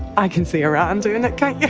i can see iran doing it, can't you?